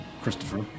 Christopher